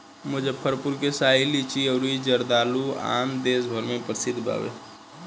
मुजफ्फरपुर के शाही लीची अउरी जर्दालू आम देस भर में प्रसिद्ध बावे